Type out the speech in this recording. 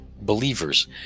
believers